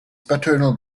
paternal